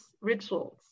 rituals